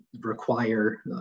require